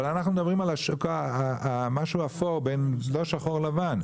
אבל אנחנו מדברים על מה שאפור, לא שחור לבן.